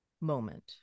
moment